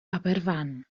aberfan